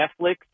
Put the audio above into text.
Netflix